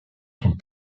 sont